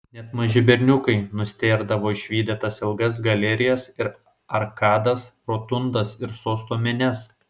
net maži berniukai nustėrdavo išvydę tas ilgas galerijas ir arkadas rotundas ir sosto menes